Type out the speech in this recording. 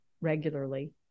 regularly